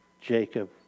Jacob